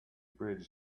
bridge